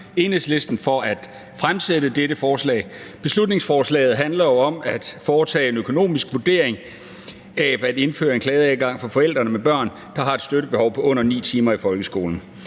Enhedslisten for at fremsætte dette forslag. Beslutningsforslaget handler jo om at foretage en økonomisk vurdering af at indføre en klageadgang for forældre med børn, der har et støttebehov på under 9 timer i folkeskolen.